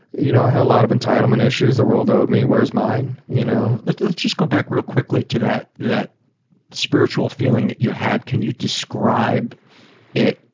you know had a lot of entitlement issues. the world owed me. where's mine? you know let's let's just go back real quickly to that that spiritual feeling that you had. can you describe it?